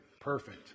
perfect